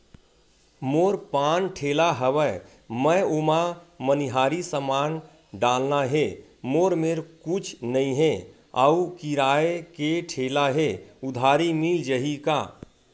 मोर पान ठेला हवय मैं ओमा मनिहारी समान डालना हे मोर मेर कुछ नई हे आऊ किराए के ठेला हे उधारी मिल जहीं का?